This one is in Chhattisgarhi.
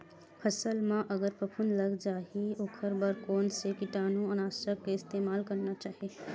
फसल म अगर फफूंद लग जा ही ओखर बर कोन से कीटानु नाशक के इस्तेमाल करना चाहि?